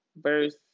verse